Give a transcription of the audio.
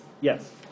Yes